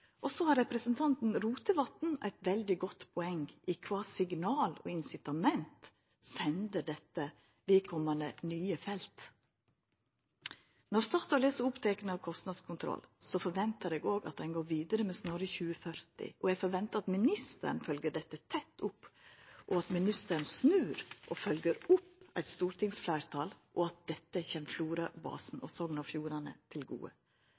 og så har representanten Rotevatn eit veldig godt poeng: Kva signal og incitament sender dette med omsyn til nye felt? Når Statoil er så oppteke av kostnadskontroll, forventar eg òg at ein går vidare med Snorre 2040. Eg forventar at ministeren følgjer dette tett opp, at ministeren snur og følgjer opp eit stortingsfleirtal, og at dette kjem Florabasen og Sogn og Fjordane til gode.